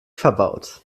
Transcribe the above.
verbaut